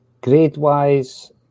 Grade-wise